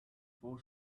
four